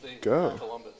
go